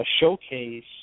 showcase